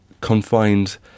confined